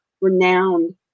renowned